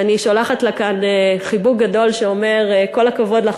אני שולחת לה כאן חיבוק גדול שאומר: כל הכבוד לך